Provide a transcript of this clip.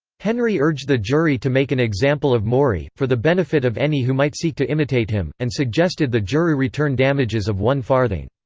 henry urged the jury to make an example of maury, for the benefit of any who might seek to imitate him, and suggested the jury return damages of one farthing.